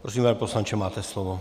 Prosím, pane poslanče, máte slovo.